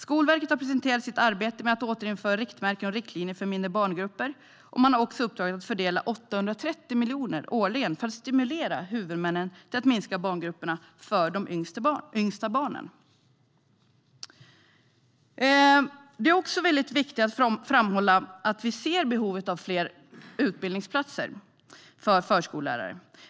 Skolverket har presenterat sitt arbete med att återinföra riktmärken och riktlinjer för mindre barngrupper, och man har även uppdraget att fördela 830 miljoner årligen för att stimulera huvudmännen att minska barngrupperna för de yngsta barnen. Det är också viktigt att framhålla att vi ser behovet av fler utbildningsplatser för förskollärare.